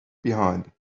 behind